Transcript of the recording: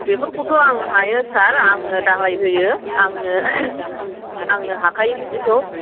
बेफोरखौथ'आं हायो सार आंनो धालाय होयो आंनो आंनो हाखायो बिदिखौ